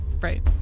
Right